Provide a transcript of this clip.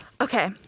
Okay